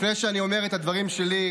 לפני שאני אומר את הדברים שלי,